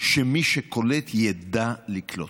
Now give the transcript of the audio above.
שמי שקולט ידע לקלוט.